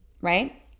right